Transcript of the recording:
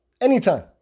anytime